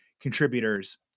contributors